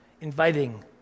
inviting